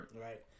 Right